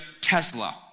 Tesla